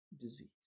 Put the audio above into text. disease